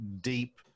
deep